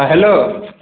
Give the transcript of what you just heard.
ହଁ ହ୍ୟାଲୋ